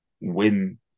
win